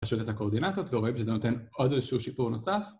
פשוט את הקורדינטות והוא רואה שזה נותן עוד איזשהו שיפור נוסף